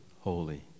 holy